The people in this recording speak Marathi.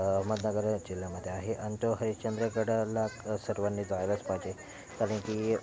अहमदनगर जिल्ह्यामध्येआहे आणि तो हरिश्चंद्र गडाला सर्वांनी जायलाच पाहिजे कारण की